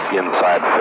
inside